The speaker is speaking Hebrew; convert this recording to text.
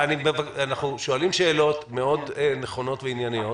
אנחנו שואלים שאלות מאוד נכונות וענייניות